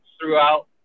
throughout